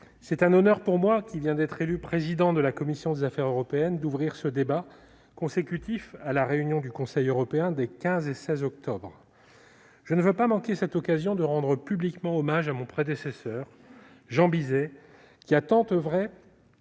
c'est un honneur pour moi, qui viens d'être élu président de la commission des affaires européennes, d'ouvrir ce débat consécutif à la réunion du Conseil européen des 15 et 16 octobre. Je tiens à rendre publiquement hommage à mon prédécesseur, Jean Bizet, qui a tant oeuvré